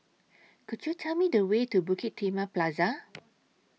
Could YOU Tell Me The Way to Bukit Timah Plaza